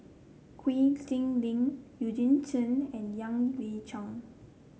Quek Ding Ling Eugene Chen and Yan Hui Chang